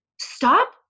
Stop